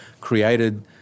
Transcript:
created